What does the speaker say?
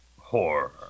horror